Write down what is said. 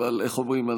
אבל איך אומרים,